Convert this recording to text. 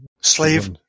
Slave